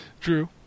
Drew